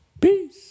Peace